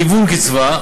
היוון קצבה,